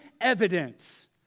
evidence